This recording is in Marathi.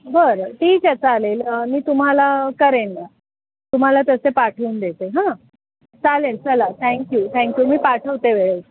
बरं ठीके चालेल मी तुम्हाला करेन मग तुम्हाला पैसे पाठवून देते हं चालेल चला थँक्यू थँक्यू मी पाठवते वेळेत